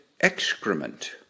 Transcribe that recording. excrement